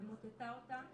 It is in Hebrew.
ומוטטה אותה לחלוטין.